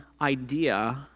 idea